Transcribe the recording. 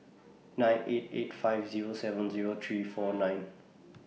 nine eight eight five Zero seven Zero three four nine